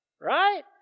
right